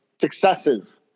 successes